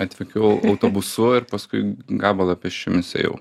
atvykau autobusu ir paskui gabalą pėsčiomis ėjau